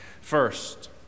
First